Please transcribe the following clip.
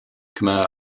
khmer